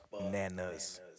bananas